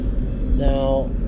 Now